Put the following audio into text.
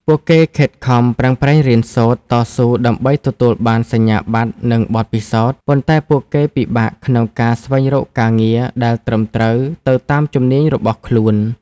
ពួកគេខិតខំប្រឹងប្រែងរៀនសូត្រ តស៊ូដើម្បីទទួលបានសញ្ញាបត្រ និងបទពិសោធន៍ ប៉ុន្តែពួកគេពិបាកក្នុងការស្វែងរកការងារដែលត្រឹមត្រូវទៅតាមជំនាញរបស់ខ្លួន។។